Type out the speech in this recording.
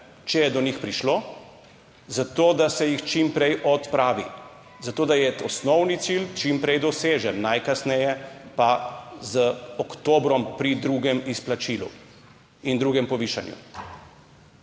če je do njih prišlo, zato da se jih čim prej odpravi, zato da je osnovni cilj čim prej dosežen, najkasneje pa z oktobrom. pri drugem izplačilu in drugem povišanju.